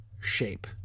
shape